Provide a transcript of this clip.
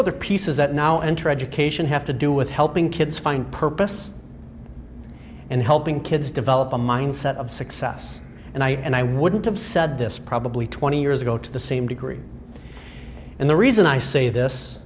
other pieces that now enter education have to do with helping kids find purpose and helping kids develop a mindset of success and i and i wouldn't have said this probably twenty years ago to the same degree and the reason i say this